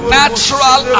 natural